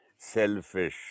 selfish